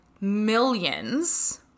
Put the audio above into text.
millions